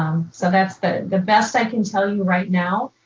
so that's the the best i can tell you right now.